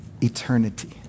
eternity